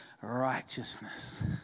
righteousness